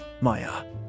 Maya